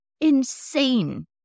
insane